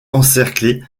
encerclée